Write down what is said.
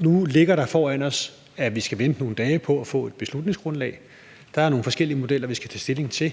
Nu står vi foran at skulle vente nogle dage på at få et beslutningsgrundlag. Der er nogle forskellige modeller, vi skal tage stilling til.